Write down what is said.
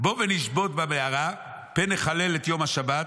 בוא ונשבות במערה, פן נחלל את יום השבת.